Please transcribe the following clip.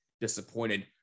disappointed